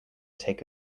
take